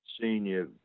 senior